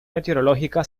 meteorológica